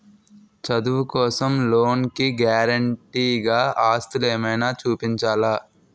చదువు కోసం లోన్ కి గారంటే గా ఆస్తులు ఏమైనా చూపించాలా?